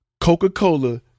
Coca-Cola